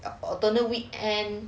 the alternate weekends